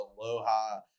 Aloha